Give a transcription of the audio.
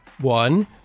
One